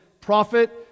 prophet